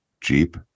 Jeep